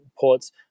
ports